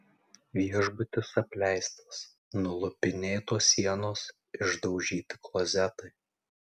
viešbutis apleistas nulupinėtos sienos išdaužyti klozetai